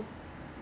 promotion ah